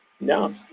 No